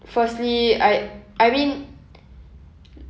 firstly I I mean